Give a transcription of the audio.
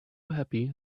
happy